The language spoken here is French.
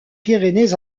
pyrénées